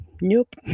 nope